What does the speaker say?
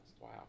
Wow